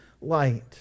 light